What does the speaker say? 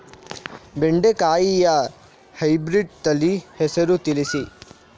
ಬೆಂಡೆಕಾಯಿಯ ಹೈಬ್ರಿಡ್ ತಳಿ ಹೆಸರು ತಿಳಿಸಿ?